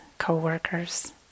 co-workers